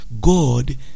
God